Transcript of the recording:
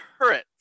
current